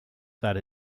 that